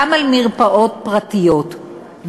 גם על מרפאות פרטיות,